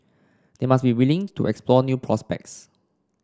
they must be willing to explore new prospects